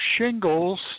shingles